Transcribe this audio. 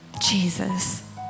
Jesus